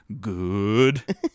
good